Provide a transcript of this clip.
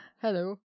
Hello